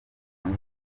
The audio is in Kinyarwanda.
muri